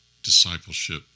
discipleship